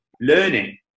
learning